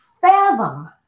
fathom